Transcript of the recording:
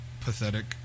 pathetic